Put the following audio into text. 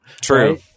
True